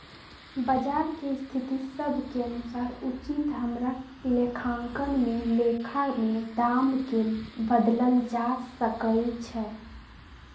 बजार के स्थिति सभ के अनुसार उचित हमरा लेखांकन में लेखा में दाम् के बदलल जा सकइ छै